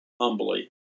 humbly